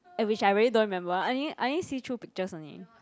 at which I really don't remember I only I only see through pictures only